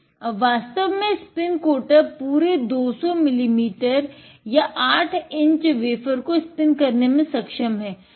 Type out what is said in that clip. अब वास्तव में स्पिन कोटर पूरे 200 मिलीमीटर या 8 इंच वेफ़र को स्पिन करने में सक्षम है